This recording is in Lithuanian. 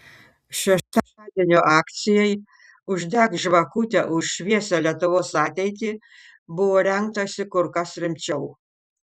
šeštadienio akcijai uždek žvakutę už šviesią lietuvos ateitį buvo rengtasi kur kas rimčiau